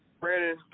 Brandon